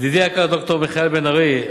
ידידי היקר ד"ר מיכאל בן-ארי,